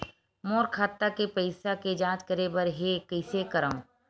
मोर खाता के पईसा के जांच करे बर हे, कइसे करंव?